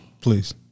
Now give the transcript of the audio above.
Please